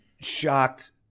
shocked